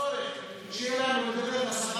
כבוד השר,